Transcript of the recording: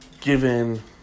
Given